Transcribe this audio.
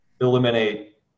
eliminate